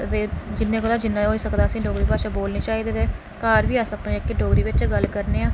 जिन्नै कौला जिन्नै होई सकदा ऐ असें गी डोगरी भाशा बोलनी चाहिदी घर बी अस डोगरी च गै गल्ल करनेेंआं